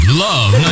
love